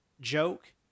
joke